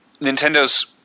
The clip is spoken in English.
Nintendo's